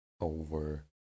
over